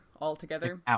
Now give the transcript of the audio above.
altogether